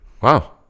Wow